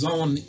on